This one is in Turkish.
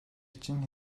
için